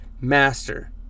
Master